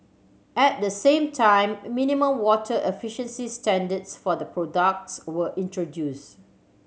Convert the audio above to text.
at the same time minimum water efficiency standard for the products were introduced